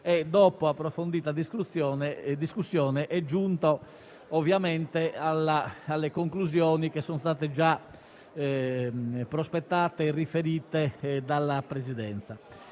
e dopo approfondita discussione è giunta ovviamente alle conclusioni già prospettate e riferite dalla Presidenza.